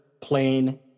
plain